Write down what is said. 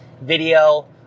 video